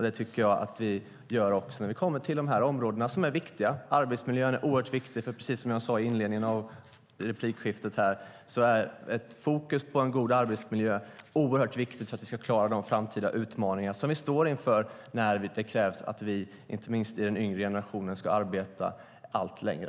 Det tycker jag att vi gör även på de nu aktuella områdena, som är viktiga. Arbetsmiljön är oerhört viktig. Som jag sade tidigare är det oerhört viktigt att ha fokus på en god arbetsmiljö för att vi ska klara de framtida utmaningar vi står inför. Det krävs när vi, inte minst vi i den yngre generationen, ska arbeta allt längre.